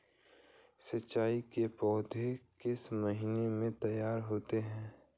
मिर्च की पौधा किस महीने में तैयार होता है?